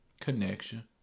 connection